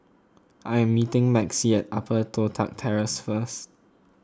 I am meeting Maxie at Upper Toh Tuck Terrace first